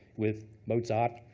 with mozart,